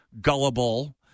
gullible